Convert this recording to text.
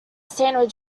sandwich